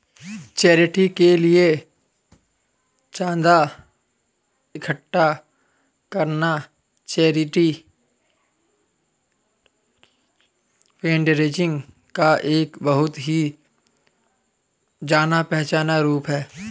charity के लिए चंदा इकट्ठा करना चैरिटी फंडरेजिंग का एक बहुत ही जाना पहचाना रूप है